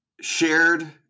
shared